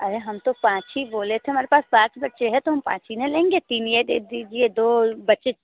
अरे हम तो पाँच ही बोले थे हमारे पास पाँच बच्चे हैं तो हम पाँच ही ना लेंगे तीन ये दे दीजिए दो बच्चे